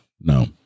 No